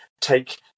take